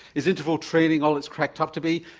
is interval training all it's cracked up to be?